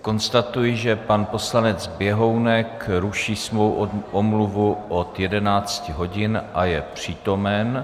Konstatuji, že poslanec Běhounek ruší svou omluvu od 11 hodin a je přítomen.